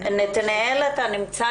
נתנאל אשרי